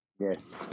Yes